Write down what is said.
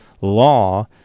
law